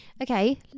Okay